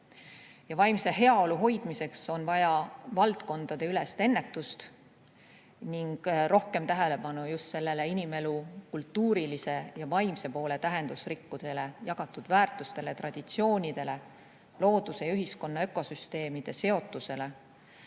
Vaimse heaolu hoidmiseks on vaja valdkondadeülest ennetust ning rohkem tähelepanu just sellele inimelu kultuurilise ja vaimse poole tähendusrikkusele, jagatud väärtustele, traditsioonidele, looduse ja ühiskonna ökosüsteemide seotusele.